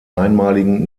einmaligen